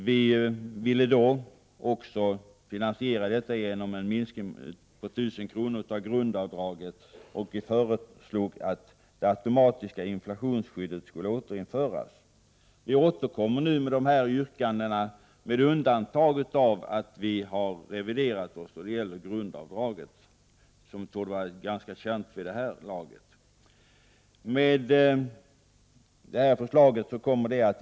Vi ville finansiera detta genom en minskning av grundavdraget med 1 000 kr. Dessutom föreslog vi att det automatiska inflationsskyddet skulle återinföras. Vi återkommer nu med samma yrkanden, men med ett undantag. Vi har nämligen reviderat vår uppfattning vad gäller grundavdraget, något som torde vara ganska känt vid det här laget.